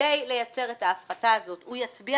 כדי לייצר את ההפחתה הזאת הוא יצביע